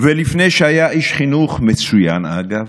לפני שהיה איש חינוך, מצוין, אגב,